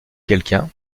quelqu’un